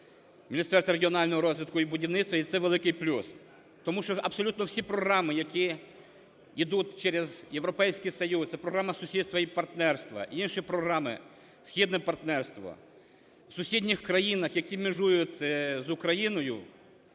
Міністерства регіонального розвитку і будівництва, і це великий плюс. Тому що абсолютно всі програми, які йдуть через Європейський Союз, це програма сусідства і партнерства, інші програми, Східне партнерство, в сусідніх країнах, які межують з Україною,